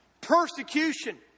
persecution